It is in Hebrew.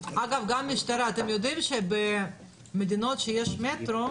אגב, גם משטרה, אתם יודעים שבמדינות שיש מטרו,